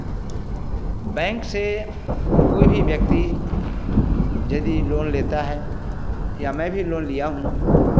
bank से कोई भी व्यक्ति यदि लोन लेता है या मैं भी लोन लिया हूँ